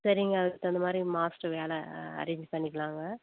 சரிங்க அதுக்கு தகுந்த மாதிரி மாஸ்டர் வேறு அரேஞ் பண்ணிக்கலாங்க